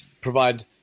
provide